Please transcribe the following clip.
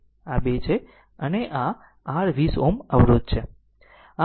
આ 2 છે અને આ r 20 Ω અવરોધ છે